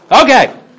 Okay